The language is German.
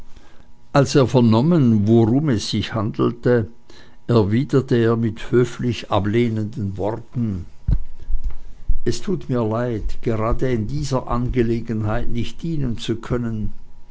als er vernommen worum es sich handelte erwiderte er mit höflich ablehnenden worten es tut mir leid gerade in dieser angelegenheit nicht dienen zu können